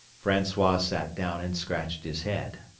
francois sat down and scratched his head.